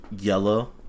yellow